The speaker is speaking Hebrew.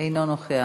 אינו נוכח.